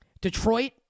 Detroit